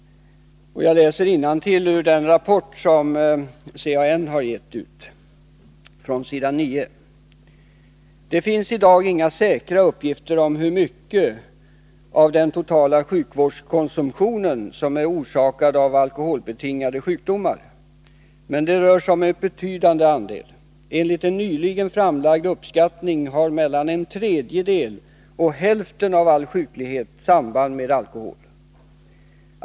Jag läser innantill från s. 9 ur den rapport som CAN har gett ut: ”Det finns i dag inga säkra uppgifter om hur mycket av den totala sjukvårdskonsumtionen som är orsakad av alkoholbetingade sjukdomar. Men det rör sig om en betydande andel. Enligt en nyligen framlagd uppskattning har mellan en tredjedel och hälften av all sjuklighet samband med alkohol.